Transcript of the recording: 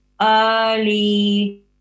early